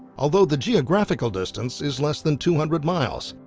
although the geographical distance is less than two hundred miles.